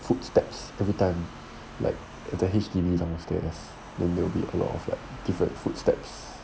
footsteps everytime like the H_D_B 怎么 status then they will be a lot of different footsteps